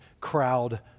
crowd